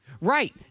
Right